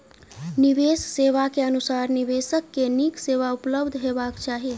निवेश सेवा के अनुसार निवेशक के नीक सेवा उपलब्ध हेबाक चाही